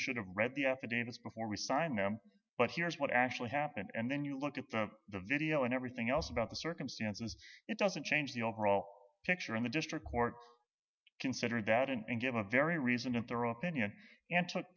we should have read the affidavits before we sign them but here's what actually happened and then you look at the video and everything else about the circumstances it doesn't change the overall picture in the district court considered that and gave a very reason a thorough opinion and took